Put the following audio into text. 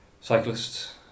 cyclists